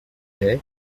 calais